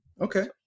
Okay